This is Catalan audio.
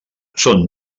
són